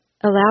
Allow